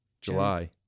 July